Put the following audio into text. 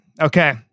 okay